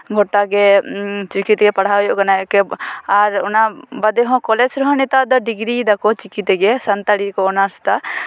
ᱜᱳᱴᱟᱜᱮ ᱪᱤᱠᱤ ᱛᱮᱜᱮ ᱯᱟᱲᱟᱣ ᱦᱩᱭᱩᱜ ᱠᱟᱱᱟ ᱮᱠᱮᱱ ᱟᱨ ᱚᱱᱟ ᱵᱟᱫᱮ ᱦᱚᱸ ᱠᱚᱞᱮᱡ ᱨᱮᱦᱚᱸ ᱱᱮᱛᱟᱨ ᱫᱤ ᱰᱤᱜᱽᱨᱤᱭ ᱫᱟᱠᱚ ᱪᱤᱠᱤ ᱛᱮᱜᱮ ᱥᱟᱱᱛᱟᱲᱤ ᱠᱚ ᱚᱱᱟᱨᱥ ᱮᱫᱟ